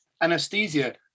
anesthesia